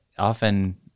Often